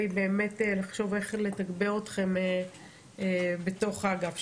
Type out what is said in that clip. באמת לחשוב איך לתגבר אתכם בתוך האגף,